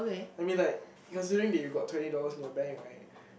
I mean like you were saying that you got twenty dollars in your bank right